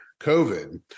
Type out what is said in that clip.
COVID